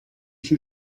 się